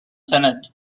senate